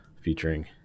featuring